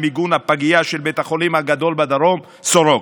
מנכ"ל הכנסת אלברט סחרוביץ',